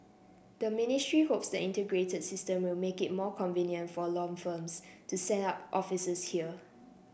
the ministry hopes the integrated system will make it more convenient for law firms to set up offices here